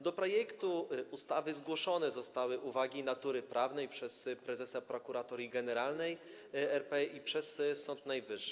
Do projektu ustawy zgłoszone zostały uwagi natury prawnej przez prezesa Prokuratorii Generalnej RP i przez Sąd Najwyższy.